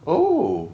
oh